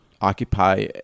occupy